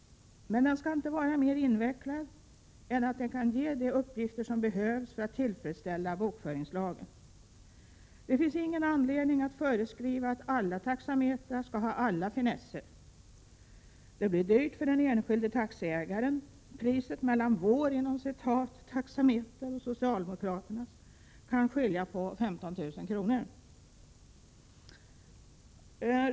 Men den skall inte vara mer invecklad än att den kan ge de uppgifter som behövs för att tillfredsställa bokföringslagen. Det finns ingen anledning att föreskriva att alla taxametrar skall ha alla finesser. Det blir dyrt för den enskilde taxiägaren. Priset på ”vår” taxameter och socialdemokraternas kan skilja på 15 000 kr.